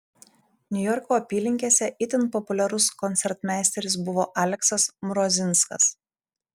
niujorko apylinkėse itin populiarus koncertmeisteris buvo aleksas mrozinskas